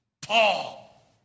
Paul